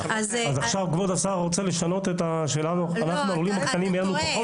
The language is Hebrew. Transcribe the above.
עכשיו כבוד השר רוצה לשנות שיהיה ללולים הקטנים פחות?